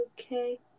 okay